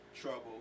trouble